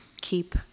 keep